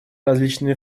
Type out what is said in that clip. различными